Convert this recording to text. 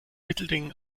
mittelding